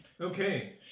Okay